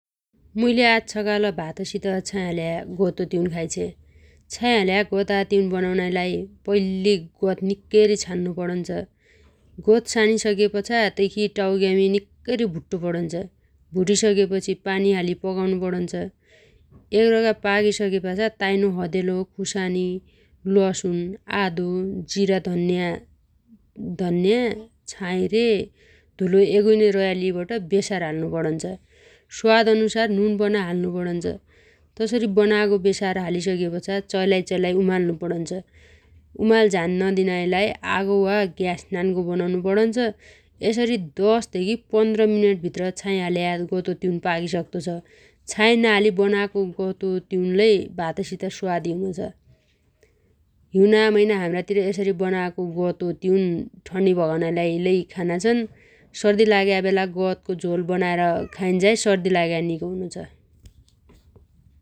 मुइले आज छकाल भातसित छाइ हाल्या गतको तिउन खाइछ्या । छाइ हाल्या गता तिउन बनाउनाइ लागि पैल्ली गत निक्कैरी छान्नु पणन्छ । गत छानीसके पछा तैखी टाउग्यामी निक्कैरी भुट्टो पणन्छ । भुटी सकेपछि पानी हाली पकाउनो पणन्छ । एकरोगा पाकीसकेपाछा ताइनो हदेलो खुसानी, लसुन, आदो, जिरा धन्या, धन्नया छाइ रे धुलो एगुइनै रयालीबट बेसार हाल्नु पणन्छ । स्वाद अनुसार नुन पन हाल्नु पणन्छ । तसरी बनागो बेसार हाली सकेपछा चलाइ चलाइ उमाल्नु पणन्छ । उमाल झान नदिनाइ लाइ आगो वा ग्यास नान्गो बनाउनु पणन्छ । यसरी दशधेगी पन्र मिनेटभित्र छाइ हाल्या गतको तिउन पाकी सक्तो छ । छाइ नहाली बनागो गता तिउन लै भातसित स्वादी हुनोछ । हिउना मैना हाम्रातिर यसरी बनागो गतो तिउन ठण्नी भगाउनाइ लाइ खाना छन् । सर्दी लाग्या बेला गतको झोल बनाएर खाइन्झाइ सर्दी लाग्या निगो हुनोछ ।